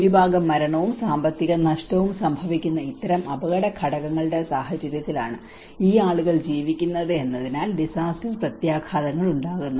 ഭൂരിഭാഗം മരണവും സാമ്പത്തിക നഷ്ടവും സംഭവിക്കുന്ന ഇത്തരം അപകട ഘടകങ്ങളുടെ സാഹചര്യത്തിലാണ് ഈ ആളുകൾ ജീവിക്കുന്നത് എന്നതിനാൽ ഡിസാസ്റ്റർ പ്രത്യാഘാതങ്ങൾ ഉണ്ടാകുന്നു